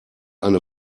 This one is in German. eine